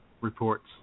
reports